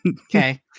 okay